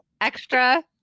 extra